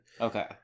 okay